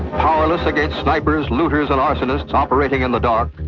powerless against snipers, looters and arsonists operating in the dark,